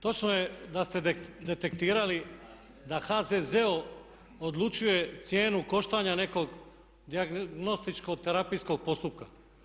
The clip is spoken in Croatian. Točno je da ste detektirali da HZZO odlučuje cijenu koštanja nekog dijagnostičko terapijskog postupka.